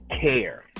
care